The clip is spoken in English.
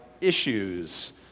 issues